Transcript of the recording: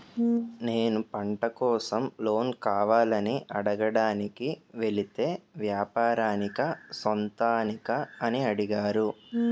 నేను పంట కోసం లోన్ కావాలని అడగడానికి వెలితే వ్యాపారానికా సొంతానికా అని అడిగారు